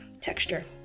texture